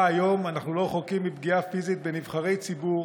היום אנחנו לא רחוקים מפגיעה פיזית בנבחרי ציבור,